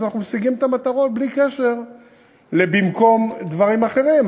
אז אנחנו משיגים את המטרות בלי קשר למה שבמקום דברים אחרים.